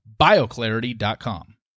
bioclarity.com